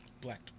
black